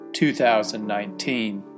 2019